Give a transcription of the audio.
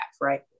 right